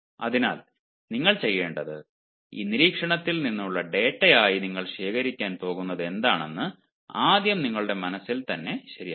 അതിനാൽ നിങ്ങൾ ചെയ്യേണ്ടത് ഈ നിരീക്ഷണത്തിൽ നിന്നുള്ള ഡാറ്റയായി നിങ്ങൾ ശേഖരിക്കാൻ പോകുന്നതെന്താണെന്ന് ആദ്യം നിങ്ങളുടെ മനസ്സിൽ തന്നെ ശരിയാക്കണം